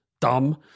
dumb